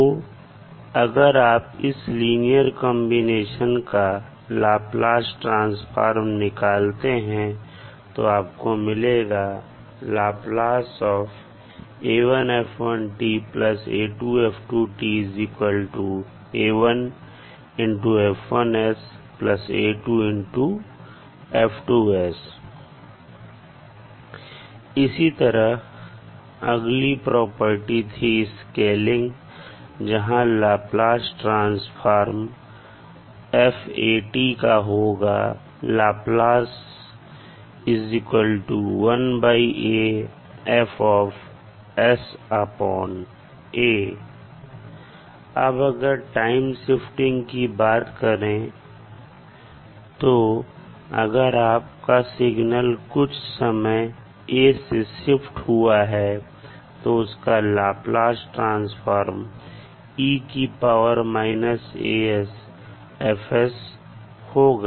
तो अगर आप इस लीनियर कंबीनेशन का लाप्लास ट्रांसफार्म निकालते हैं तो आपको मिलेगा इसी तरह अगली प्रॉपर्टी थी इसकेलिंग जहां लाप्लास ट्रांसफार्म f का होगा अब अगर टाइम शिफ्टिंग की बात करें तो अगर आप का सिग्नल कुछ समय "a" से शिफ्ट हुआ है तो उसका लाप्लास ट्रांसफार्म होगा